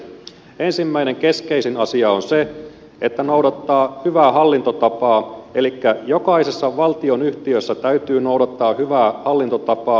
ensimmäinen keskeisin asia on se että noudattaa hyvää hallintotapaa elikkä jokaisessa valtionyhtiössä täytyy noudattaa hyvää hallintotapaa